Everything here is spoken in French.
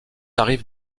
arrive